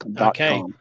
Okay